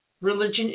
Religion